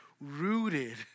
Rooted